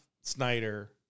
Snyder